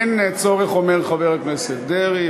אין צורך, אומר חבר הכנסת דרעי.